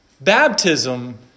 Baptism